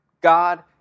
God